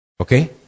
Okay